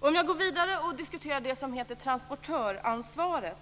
Jag går nu vidare och diskuterar det som heter transportöransvaret.